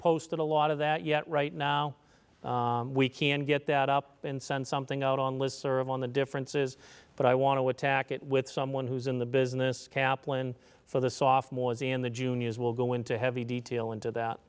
posted a lot of that yet right now we can get that up and send something out on list serv on the differences but i want to attack it with someone who's in the business kaplan for the software was in the juniors will go into heavy detail into that